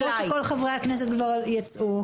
למרות שכל חברי הכנסת כבר יצאו.